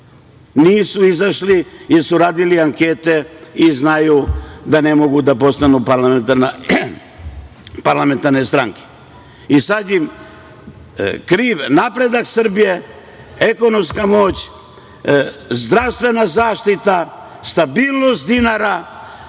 Nisu izašli, jer su radili ankete i znaju da ne mogu da postanu parlamentarne stranke. Sad im je kriv napredak Srbije, ekonomska moć, zdravstvena zaštita, stabilnost dinara,